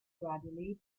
gradually